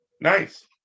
Nice